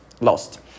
lost